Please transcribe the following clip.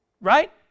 Right